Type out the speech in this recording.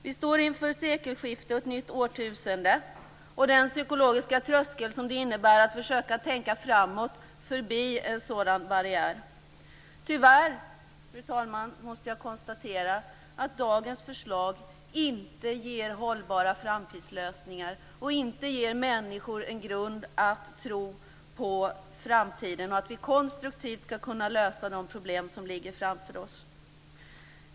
Vi står nu inför ett sekelskifte och ett nytt årtusende samt den psykologiska tröskel som det innebär att försöka tänka framåt förbi en sådan barriär. Tyvärr, fru talman, måste jag konstatera att dagens förslag inte ger hållbara framtidslösningar. Inte heller ges människor en grund att tro på framtiden och på att vi konstruktivt skall kunna lösa de problem som ligger framför oss.